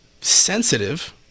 sensitive